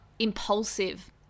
impulsive